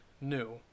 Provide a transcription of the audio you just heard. new